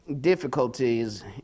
difficulties